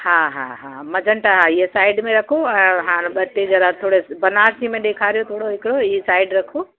हा हा हा मजंटा हा हीअ साइड में रखो ऐं हाण ॿ टे जरा थोरे बनारसी में ॾेखारियो थोरो हिकिड़ो हीअ साइड रखो